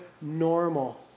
normal